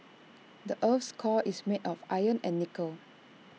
the Earth's core is made of iron and nickel